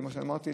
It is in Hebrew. כמו שאמרתי,